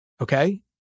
Okay